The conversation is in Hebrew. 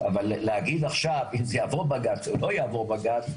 אבל להגיד עכשיו אם זה יעבור בג"צ או לא יעבור בג"צ,